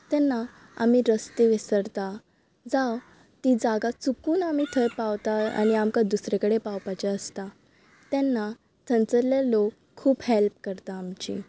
तेन्ना आमी रस्ते विसरता जावं ती जागा चुकून आमी थंय पावता आनी आमकां दुसरे कडेन पावपाचें आसता तेन्ना थंयसल्ले लोक खूब हॅल्प करतात आमची